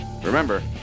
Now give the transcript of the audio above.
Remember